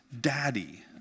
Daddy